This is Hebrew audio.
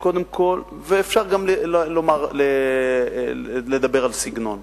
ואפשר גם לדבר על סגנון,